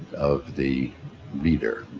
of the reader.